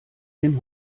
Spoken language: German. den